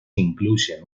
incluyen